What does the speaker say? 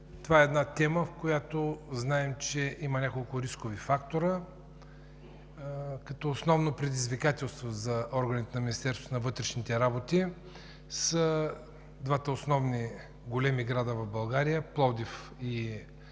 Това е една тема, в която знаем, че има няколко рискови фактора. Основно предизвикателство за органите на Министерството на вътрешните работи са двата основни големи града в България – Пловдив и София,